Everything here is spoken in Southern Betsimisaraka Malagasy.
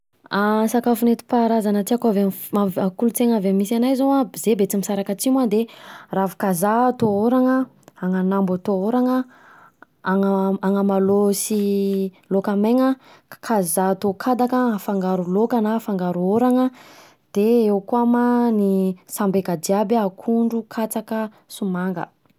Sakafo nentim-paharazana tiako avy amin'ny kolontsaina misy anay zao an, zay betsimisaraka atsimo de, ravin-kazaha atao ôrana, ananambo atao ôrana, ana- anamalao sy lôka maina kazaha atao kadaka afangaro lôka na afangaro ôrana, de eo koa ma ny sambeka jiaby, akondro, katsaka, de somanga.